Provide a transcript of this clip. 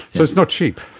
so it's not cheap.